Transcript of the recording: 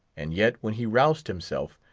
and yet, when he roused himself,